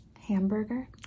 hamburger